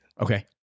Okay